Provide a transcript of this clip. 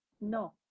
No